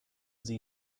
sie